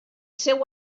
seu